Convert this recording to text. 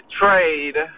trade